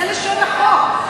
זו לשון החוק.